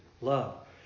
Love